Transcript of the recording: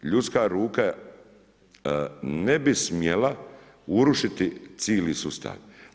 Ljudska ruka ne bi smjela urušiti cili sustav.